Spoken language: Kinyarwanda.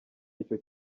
aricyo